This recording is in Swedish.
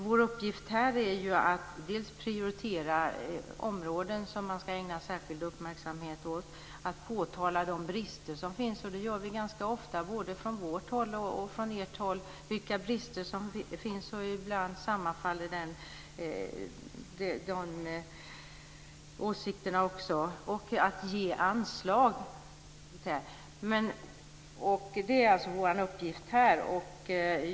Vår uppgift här är ju att prioritera områden som man ska ägna särskild uppmärksamhet åt, att påtala de brister som finns - och det gör vi ganska ofta, både från vårt håll och från ert håll, och ibland sammanfaller de åsikterna också - och att ge anslag. Detta är alltså vår uppgift här.